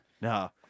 no